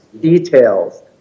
details